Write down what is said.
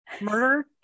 Murder